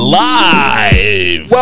live